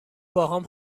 باهام